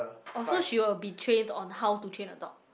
oh she will be trained on how to train a dog